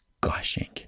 gushing